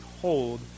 hold